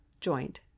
joint